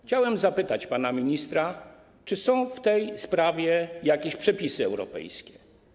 Chciałbym zapytać pana ministra, czy są w tej sprawie jakieś przepisy europejskie.